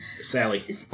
Sally